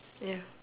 ya